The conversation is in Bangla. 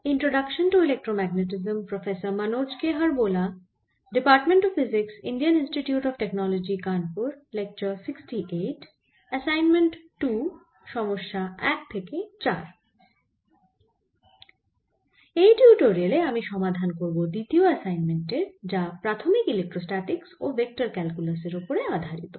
এই টিউটোরিয়ালে আমি সমাধান করব দ্বিতীয় অ্যাসাইনমেন্ট এর যা প্রাথমিক ইলেক্ট্রোস্ট্যাটিক্স ও ভেক্টর ক্যালকুলাসের ওপর আধারিত